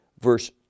verse